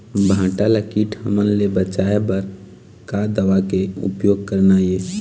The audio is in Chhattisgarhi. भांटा ला कीट हमन ले बचाए बर का दवा के उपयोग करना ये?